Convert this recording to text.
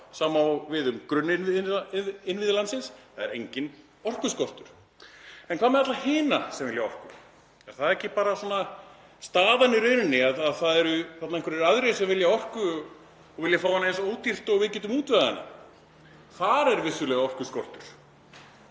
Sama á við um grunninnviði landsins. Það er enginn orkuskortur. En hvað með alla hina sem vilja orku? Er það ekki staðan í rauninni, að það eru einhverjir aðrir sem vilja orku og vilja fá hana eins ódýrt og við getum útvegað hana? Þar er vissulega orkuskortur.